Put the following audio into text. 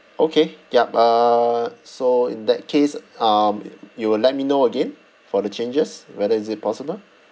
okay yup uh so in that case um you will let me know again for the changes whether is it possible